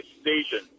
station